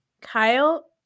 Kyle